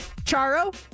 Charo